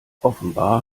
offenbar